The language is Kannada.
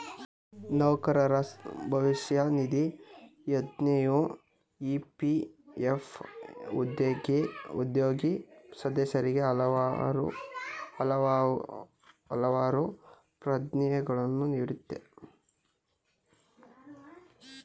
ನೌಕರರ ಭವಿಷ್ಯ ನಿಧಿ ಯೋಜ್ನೆಯು ಇ.ಪಿ.ಎಫ್ ಉದ್ಯೋಗಿ ಸದಸ್ಯರಿಗೆ ಹಲವಾರು ಪ್ರಯೋಜ್ನಗಳನ್ನ ನೀಡುತ್ತೆ